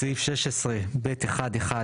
בסעיף 16(ב1)(1)(ב)(1)